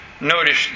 notice